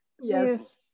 Yes